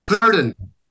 Burden